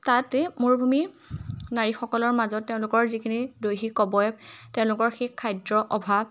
তাতে মৰুভূমি নাৰীসকলৰ মাজত তেওঁলোকৰ যিখিনি দৈহিক অৱয়ব তেওঁলোকৰ সেই খাদ্যৰ অভাৱ